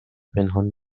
پنهان